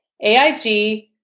AIG